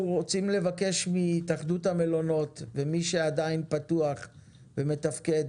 אנחנו רוצים לבקש מהתאחדות המלונות וממי שעדיין פתוח ומתפקד,